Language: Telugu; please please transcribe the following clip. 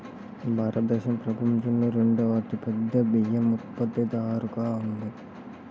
భారతదేశం ప్రపంచంలో రెండవ అతిపెద్ద బియ్యం ఉత్పత్తిదారుగా ఉంది